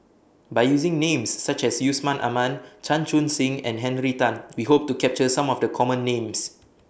By using Names such as Yusman Aman Chan Chun Sing and Henry Tan We Hope to capture Some of The Common Names